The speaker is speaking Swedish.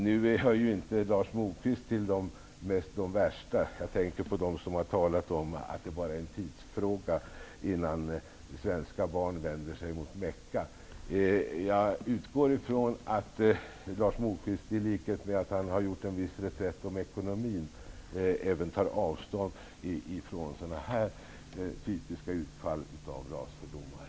Nu hör inte Lars Moquist till de värsta -- jag tänker då på dem som har talat om att det bara är en tidsfråga innan svenska barn vänder sig mot Mecka. Jag utgår ifrån att Lars Moquist, i likhet med att han har gjort en viss reträtt beträffande ekonomin, även tar avstånd ifrån sådana här typiska utfall av rasfördomar.